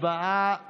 הצבעה שמית.